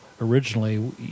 originally